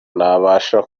nabasha